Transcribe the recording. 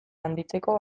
handitzeko